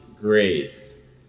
grace